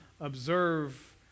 observe